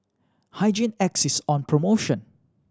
Hygin X is on promotion